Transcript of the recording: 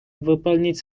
выполнить